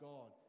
God